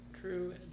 True